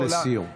משפט לסיום.